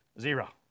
Zero